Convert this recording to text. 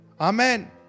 Amen